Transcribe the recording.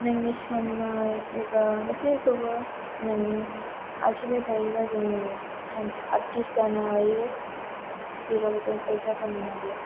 नोंनि साननाय एबा गासैखौबो नोंनि आखिबाय थायोबा जों सानसे आरटिस्ट जानो हायो जेराव जों फैसा खामायनो हायो